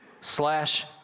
slash